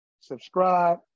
subscribe